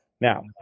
Now